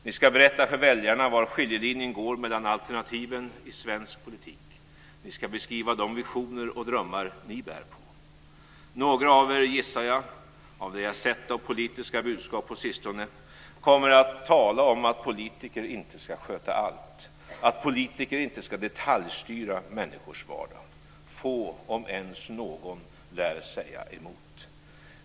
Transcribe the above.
Ni ska berätta för väljarna var skiljelinjen går mellan alternativen i svensk politik. Ni ska beskriva de visioner och drömmar ni bär på. Några av er gissar jag, av det jag sett av politiska budskap på sistone, kommer att tala om att politiker inte ska sköta allt, att politiker inte ska detaljstyra människors vardag. Få, om ens någon, lär säga emot.